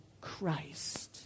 Christ